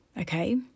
Okay